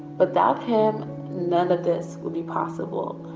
but without him none of this would be possible.